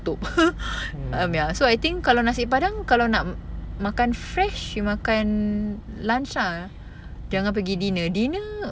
mm